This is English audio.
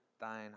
thine